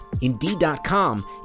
Indeed.com